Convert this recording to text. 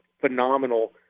phenomenal